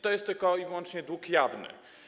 To jest tylko i wyłącznie dług jawny.